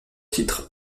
titres